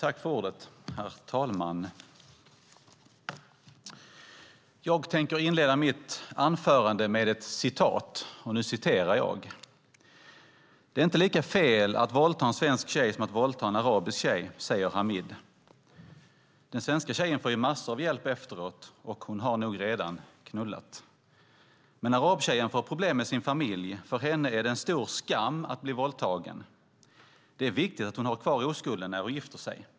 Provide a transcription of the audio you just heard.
Herr talman! Jag tänker inleda mitt anförande med ett citat. "Det är inte lika fel att våldta en svensk tjej som att våldta en arabisk tjej, säger Hamid. Den svenska tjejen får ju massor av hjälp efteråt, och hon har nog redan knullat. Men arabtjejen får problem med sin familj. För henne är det en stor skam att bli våldtagen. Det är viktigt att hon har kvar oskulden när hon gifter sig.